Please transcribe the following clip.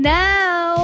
now